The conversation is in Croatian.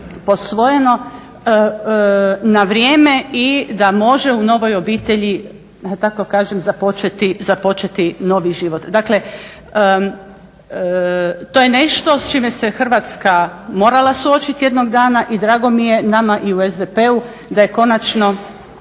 posvojeno na vrijeme i da može u novoj obitelji da tako kažem započeti novi život. Dakle, to je nešto s čime se Hrvatska morala suočiti jednog dana i drago mi je, nama u SDP-u, da je konačno